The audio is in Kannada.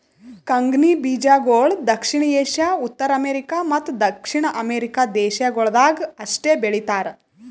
ಕಂಗ್ನಿ ಬೀಜಗೊಳ್ ದಕ್ಷಿಣ ಏಷ್ಯಾ, ಉತ್ತರ ಅಮೇರಿಕ ಮತ್ತ ದಕ್ಷಿಣ ಅಮೆರಿಕ ದೇಶಗೊಳ್ದಾಗ್ ಅಷ್ಟೆ ಬೆಳೀತಾರ